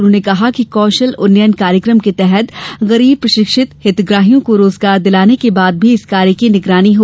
उन्होंने कहा कि कौशल उन्नयन कार्यक्रम के तहत गरीब प्रशिक्षित हितग्राहियों को रोजगार दिलाने के बाद भी इस कार्य की निगरानी हो